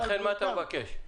מה אתה מבקש?